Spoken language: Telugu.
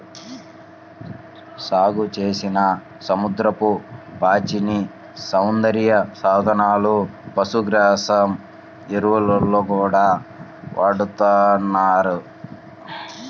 సాగుచేసిన సముద్రపు పాచిని సౌందర్య సాధనాలు, పశుగ్రాసం, ఎరువుల్లో గూడా వాడతన్నారు